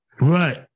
Right